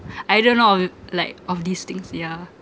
I don't know like of these things yeah